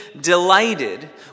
delighted